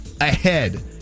ahead